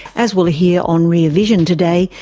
as we'll hear on rear vision today,